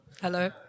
Hello